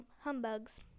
humbugs